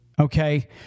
okay